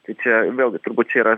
tai čia vėlgi turbūt čia yra